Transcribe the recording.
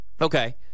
Okay